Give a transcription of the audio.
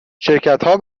شرکتها